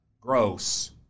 gross